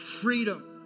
freedom